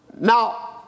Now